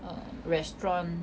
err restaurant